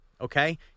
okay